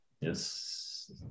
yes